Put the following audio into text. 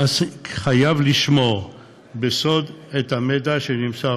המעסיק חייב לשמור בסוד את המידע שנמסר